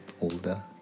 older